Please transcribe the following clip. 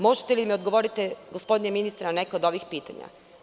Možete li da mi odgovorite, gospodine ministre, na neka od ovih pitanja?